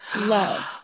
love